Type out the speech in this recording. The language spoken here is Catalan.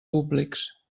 públics